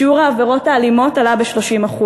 שיעור העבירות האלימות עלה ב-30%,